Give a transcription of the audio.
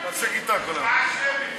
הצבעה שמית.